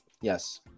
yes